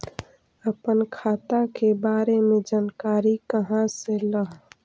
अपन खाता के बारे मे जानकारी कहा से ल?